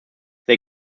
they